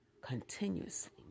continuously